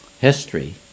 history